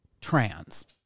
trans